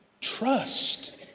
Trust